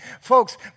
Folks